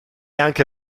anche